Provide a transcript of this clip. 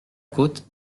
côte